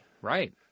Right